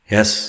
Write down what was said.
Yes